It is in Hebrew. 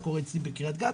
זה קורה בקרית גת,